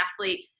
athlete